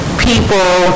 people